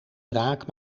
draak